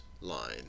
line